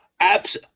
apps